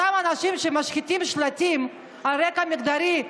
אותם אנשים שמשחיתים שלטים על רקע מגדרי,